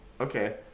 Okay